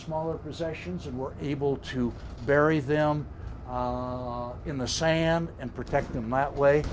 smaller possessions and were able to bury them in the sand and protect them that way